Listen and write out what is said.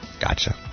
Gotcha